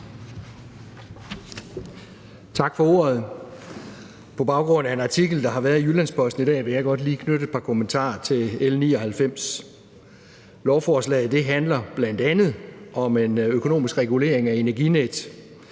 Tak for ordet. På baggrund af en artikel, der har været i Jyllands-Posten i dag, vil jeg godt lige knytte et par kommentarer til L 99. Lovforslaget handler bl.a. om en økonomisk regulering af Energinet.